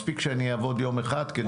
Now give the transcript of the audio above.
מספיק שאני אעבוד יום אחד.